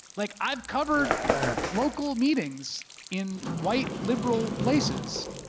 like i've covered local meetings in white liberal places